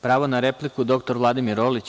Pravo na repliku dr Vladimir Orlić.